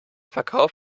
verkauf